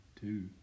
Two